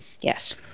Yes